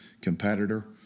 competitor